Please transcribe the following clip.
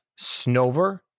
Snover